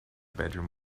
bedroom